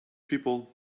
people